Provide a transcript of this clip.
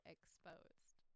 Exposed